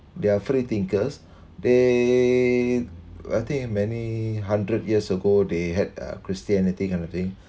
they are free thinkers they I think in many hundred years ago they had uh christianity kind of thing